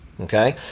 okay